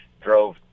drove